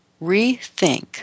rethink